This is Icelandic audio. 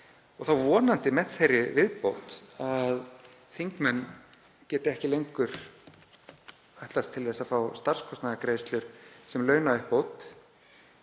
og þá vonandi með þeirri viðbót að þingmenn geti ekki lengur ætlast til að fá starfskostnaðargreiðslur sem launauppbót